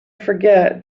forget